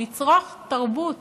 לצרוך תרבות,